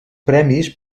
premis